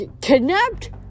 Kidnapped